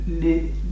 les